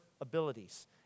abilities